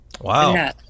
wow